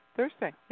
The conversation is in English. Thursday